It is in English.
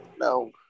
No